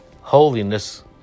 Holiness